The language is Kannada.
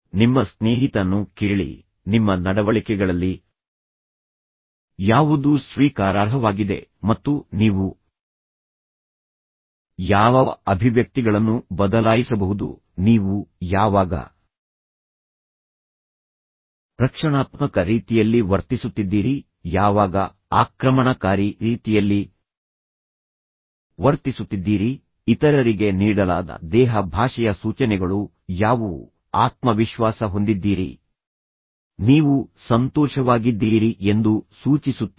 ನಿಮ್ಮ ಸ್ನೇಹಿತನನ್ನು ಕೇಳಿ ನಿಮ್ಮ ನಡವಳಿಕೆಗಳಲ್ಲಿ ಯಾವುದು ಸ್ವೀಕಾರಾರ್ಹವಾಗಿದೆ ಮತ್ತು ನೀವು ಯಾವ ಅಭಿವ್ಯಕ್ತಿಗಳನ್ನು ಬದಲಾಯಿಸಬಹುದು ನೀವು ಯಾವಾಗ ರಕ್ಷಣಾತ್ಮಕ ರೀತಿಯಲ್ಲಿ ವರ್ತಿಸುತ್ತಿದ್ದೀರಿ ಯಾವಾಗ ಆಕ್ರಮಣಕಾರಿ ರೀತಿಯಲ್ಲಿ ವರ್ತಿಸುತ್ತಿದ್ದೀರಿ ಇತರರಿಗೆ ನೀಡಲಾದ ದೇಹ ಭಾಷೆಯ ಸೂಚನೆಗಳು ಯಾವುವು ಆತ್ಮವಿಶ್ವಾಸ ಹೊಂದಿದ್ದೀರಿ ನೀವು ಸಂತೋಷವಾಗಿದ್ದೀರಿ ಎಂದು ಸೂಚಿಸುತ್ತೀರಿ